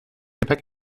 gepäck